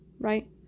right